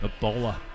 Ebola